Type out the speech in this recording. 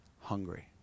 hungry